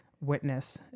witness